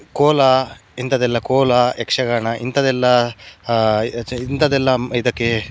ಕೋಲ ಇಂಥದ್ದೆಲ್ಲ ಕೋಲ ಯಕ್ಷಗಾನ ಇಂಥದ್ದೆಲ್ಲ ಇಂಥದ್ದೆಲ್ಲ ಇದಕ್ಕೆ